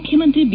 ಮುಖ್ಯಮಂತ್ರಿ ಬಿ